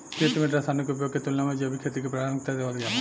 खेती में रसायनों के उपयोग के तुलना में जैविक खेती के प्राथमिकता देवल जाला